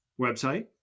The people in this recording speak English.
website